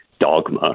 dogma